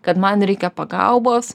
kad man reikia pagalbos